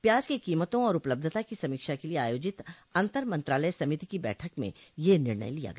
प्याज की कीमतों और उपलब्धता की समीक्षा के लिये आयोजित अतंर मंत्रालय समिति की बैठक में यह निर्णय लिया गया